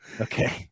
Okay